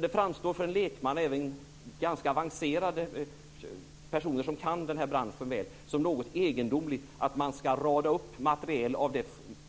Det framstår för en lekman, och även för personer med ganska avancerade kunskaper om den här branschen, som något egendomligt att man ska rada upp materiel av